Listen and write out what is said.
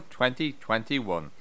2021